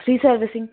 free servicing